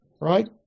right